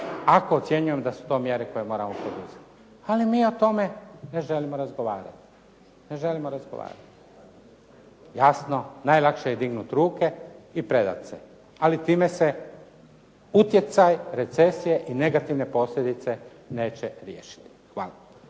ako ocjenjujem da su to mjere koje moramo propisati. Ali mi o tome ne želimo razgovarati. Ne želimo razgovarati. Jasno, najlakše je dignuti ruke i predat se, ali time se utjecaj recesije i negativne posljedice neće riješiti. Hvala.